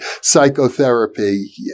psychotherapy